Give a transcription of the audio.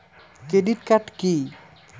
Credit card key?